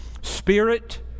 spirit